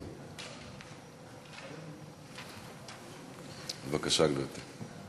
בבקשה, גברתי.